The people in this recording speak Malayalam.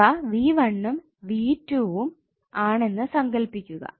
ഇവ v1 ഉം v2 ഉം ആണെന്ന് സങ്കല്പിക്കുക